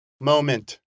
moment